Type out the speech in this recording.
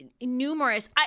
numerous-